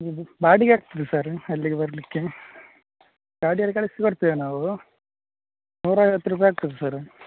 ಹ್ಞೂ ಹ್ಞೂ ಬಾಡಿಗೆ ಆಗ್ತದೆ ಸರ್ ಅಲ್ಲಿಗೆ ಬರಲಿಕ್ಕೆ ಗಾಡೀಲಿ ಕಳಿಸಿಕೊಡ್ತೇವೆ ನಾವು ನೂರ ಐವತ್ತು ರೂಪಾಯಿ ಆಗ್ತದೆ ಸರ್